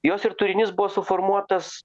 jos ir turinys buvo suformuotas